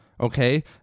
okay